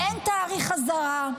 -- ואין תאריך חזרה,